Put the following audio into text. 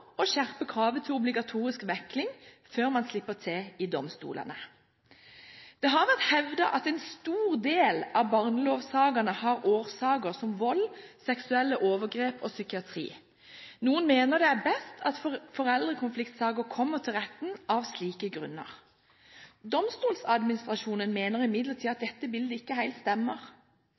å skjerpe kravet til obligatorisk mekling før man slipper til i domstolene. Det har vært hevdet at «en stor del» av barnelovsakene har sin årsak i vold, seksuelle overgrep og psykiatri. Noen mener det er best at foreldrekonfliktsaker kommer til retten av slike grunner. Domstoladministrasjonen mener imidlertid at dette bildet ikke helt stemmer.